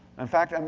in fact, um